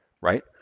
right